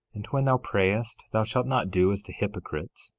and when thou prayest thou shalt not do as the hypocrites,